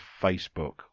facebook